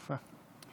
יפה.